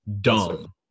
Dumb